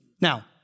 Now